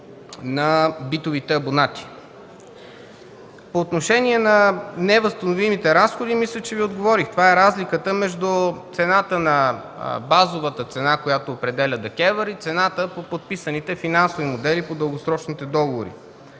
на битовите абонати. По отношение на невъзстановимите разходи мисля, че Ви отговорих – това е разликата между базовата цена, която определя ДКЕВР и цената по подписаните финансови модели по дългосрочните договори.